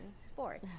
sports